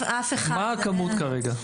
מה כרגע מספרם?